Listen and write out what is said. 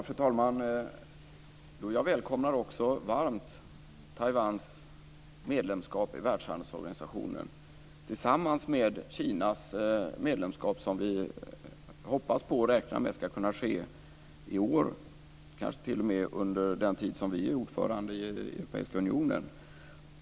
Fru talman! Jag välkomnar också varmt Taiwans medlemskap i världshandelsorganisationen tillsammans med Kinas medlemskap som vi hoppas och räknar med ska kunna ske i år, kanske t.o.m. under den tid som vi är ordförande i Europeiska unionen.